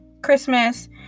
Christmas